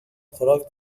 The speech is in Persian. خوراک